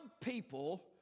people